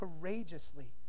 courageously